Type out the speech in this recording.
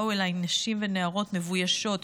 באו אליי נשים ונערות מבוישות,